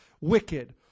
wicked